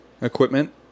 equipment